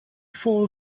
fall